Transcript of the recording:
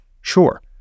Sure